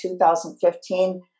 2015